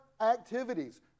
activities